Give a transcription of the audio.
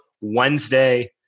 Wednesday